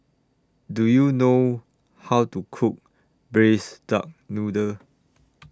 Do YOU know How to Cook Braised Duck Noodle